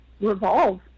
revolve